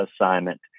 assignment